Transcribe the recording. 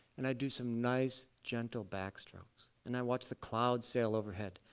and i do some nice gentle backstroke. and i watch the clouds sail overhead,